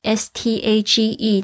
stage